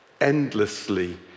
endlessly